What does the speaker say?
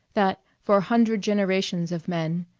that, for a hundred generations of men,